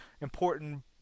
important